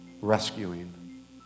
rescuing